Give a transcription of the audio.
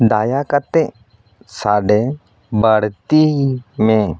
ᱫᱟᱭᱟ ᱠᱟᱛᱮᱫ ᱥᱟᱰᱮ ᱵᱟᱹᱲᱛᱤᱭ ᱢᱮ